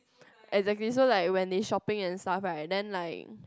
exactly so like when they shopping at stuff like then like